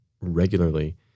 regularly